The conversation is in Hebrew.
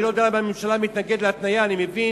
אני לא יודע למה הממשלה מתנגדת להתניה, אני מבין